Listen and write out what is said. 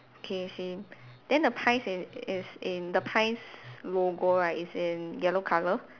okay same then the pies in is in the pies logo right is in yellow colour